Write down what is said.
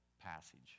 passage